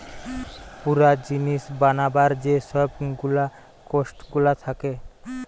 পুরা জিনিস বানাবার যে সব গুলা কোস্ট গুলা থাকে